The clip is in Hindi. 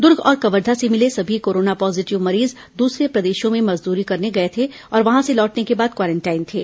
दुर्ग और कवर्धा से मिले सभी कोरोना पॉजीटिव मरीज दूसरे प्रदेशों में मजदूरी करने गए थे और वहां से लौटने के बाद क्वारेंटाइन थे